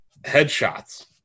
headshots